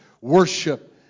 worship